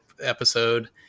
episode